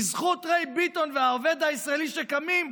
בזכות ריי ביטון והעובד הישראלי שקמים,